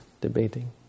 debating